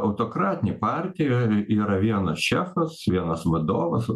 autokratinėj partijoj yra vienas šefas vienas vadovas